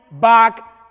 back